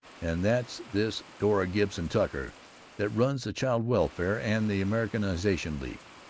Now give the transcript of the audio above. and that's this dora gibson tucker that runs the child welfare and the americanization league,